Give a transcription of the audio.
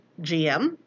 GM